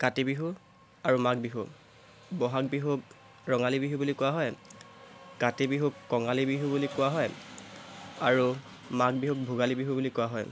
কাতি বিহু আৰু মাঘ বিহু বহাগ বিহু ৰঙালী বিহু বুলি কোৱা হয় কাতি বিহুক কঙালী বিহু বুলি কোৱা হয় আৰু মাঘ বিহুক ভোগালী বিহু বুলি কোৱা হয়